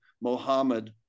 Mohammed